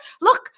Look